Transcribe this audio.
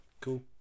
cool